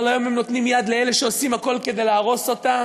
אבל היום הם נותנים יד לאלה שעושים הכול כדי להרוס אותה.